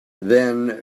then